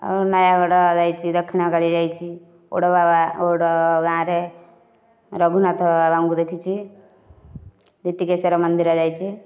ନୟାଗଡ଼ ଯାଇଛି ଦକ୍ଷିଣକାଳୀ ଯାଇଛି ଓଡ଼ ବାବା ଓଡଗାଁରେ ରଘୁନାଥ ବାବାଙ୍କୁ ଦେଖିଛି ଦ୍ୱୀତିକେଶ୍ୱର ମନ୍ଦିର ଯାଇଛି